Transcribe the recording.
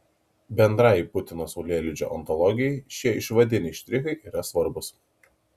bendrajai putino saulėlydžio ontologijai šie išvadiniai štrichai yra svarbūs